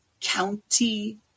county